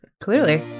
Clearly